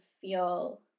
feel